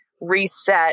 reset